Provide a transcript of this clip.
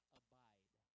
abide